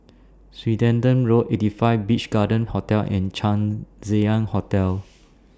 Swettenham Road eighty five Beach Garden Hotel and Chang Ziang Hotel